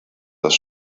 das